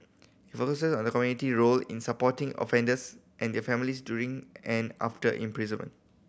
it focuses on the community role in supporting offenders and their families during and after imprisonment